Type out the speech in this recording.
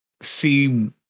see